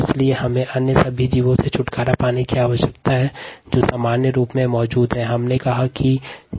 इसलिए हमें अन्य सभी जीवों से छुटकारा पाने की आवश्यकता है जो सामान्य रूप से बायोरिएक्टर में मौजूद हैं